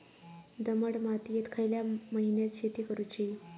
दमट मातयेत खयल्या महिन्यात शेती करुची?